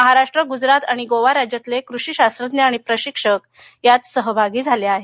महाराष्ट्र गुजरात आणि गोवा राज्यातले कृषी शास्त्रज्ञ आणि प्रशिक्षक यात सहभागी झाले आहेत